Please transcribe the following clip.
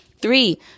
Three